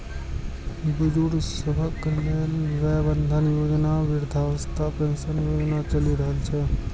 बुजुर्ग सभक लेल वय बंधन योजना, वृद्धावस्था पेंशन योजना चलि रहल छै